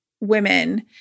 women